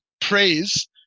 praise